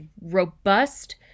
robust